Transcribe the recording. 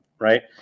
Right